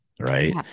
right